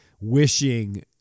wishing